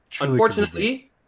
Unfortunately